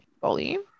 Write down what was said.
volume